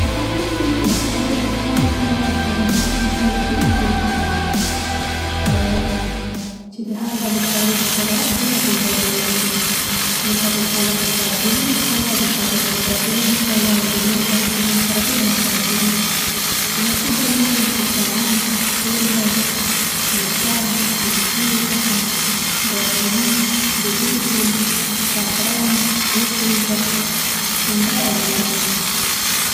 په پخلي کې د خوړو د خوند د پاره کارېدونکې مصالحې ډېرې زیاتې دي، چې د هر ډول خوړو د پاره بېلابېل ډولونه لېري، لکه د پلو د پاره بېله مصاله، د کباب د پاره بېله مصاله او د نورو کتخونو د پاره بېله مصاله کارېوي. چې مشهور ډولونه یې کورکمند، تور مرچ، مورچک، د ګېشنیځو تخم، دارچیني، د دېګ هېل، زعفران، وچه هوږه، سونډی او نور دي.